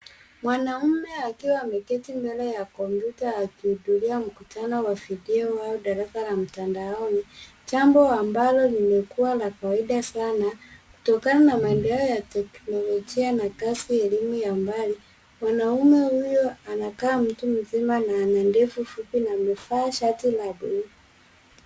Mwanaume akiwa ameketi mbele ya kompyuta akihudhuria mkutano wa video au darasa la mtandaoni, jambo ambalo limekuwa la kawaida sana kutokana na maendeleo ya teknolojia na kasi elimu ya mbali. Mwanaume huyo anakaa mtu mzima na ana ndevu fupi na amevaa shati la buluu.